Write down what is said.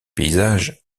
paysages